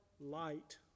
light